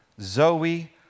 Zoe